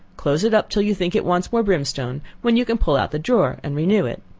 close it up till you think it wants more brimstone, when you can pull out the drawer and renew it.